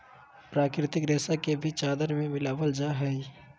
प्राकृतिक रेशा के भी चादर में मिलाबल जा हइ